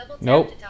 nope